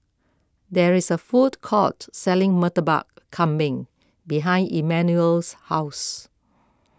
there is a food court selling Murtabak Kambing behind Emmanuel's house